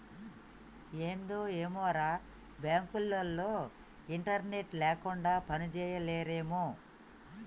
ఏందో ఏమోరా, బాంకులోల్లు ఇంటర్నెట్ లేకుండ పనిజేయలేరేమో